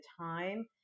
time